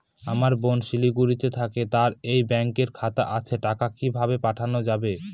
আমার বোন শিলিগুড়িতে থাকে তার এই ব্যঙকের খাতা আছে টাকা কি ভাবে পাঠানো যাবে?